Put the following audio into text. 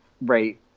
right